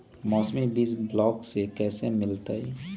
मौसमी बीज ब्लॉक से कैसे मिलताई?